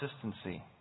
consistency